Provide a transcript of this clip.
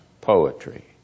poetry